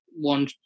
one